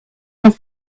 off